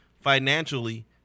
financially